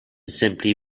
simply